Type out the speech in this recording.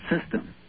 system